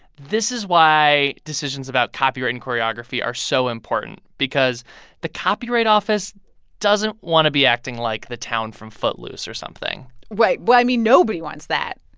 this is why decisions about copyright and choreography are so important because the copyright office doesn't want to be acting like the town from footloose or something well, i mean, nobody wants that.